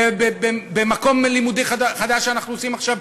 במקום לימודי חדש שאנחנו עושים עכשיו,